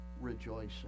rejoicing